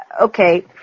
okay